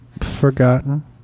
forgotten